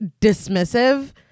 dismissive